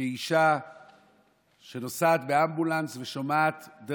כאישה שנוסעת באמבולנס ושומעת,